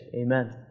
amen